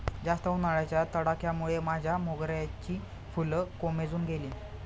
जास्त उन्हाच्या तडाख्यामुळे माझ्या मोगऱ्याची फुलं कोमेजून गेली